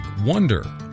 wonder